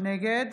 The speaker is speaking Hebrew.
נגד